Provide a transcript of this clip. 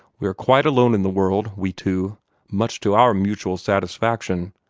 we are quite alone in the world, we two much to our mutual satisfaction.